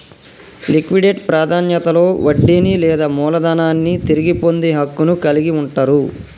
liquidate ప్రాధాన్యతలో వడ్డీని లేదా మూలధనాన్ని తిరిగి పొందే హక్కును కలిగి ఉంటరు